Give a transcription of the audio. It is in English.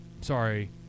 Sorry